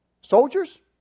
Soldiers